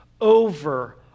over